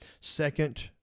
Second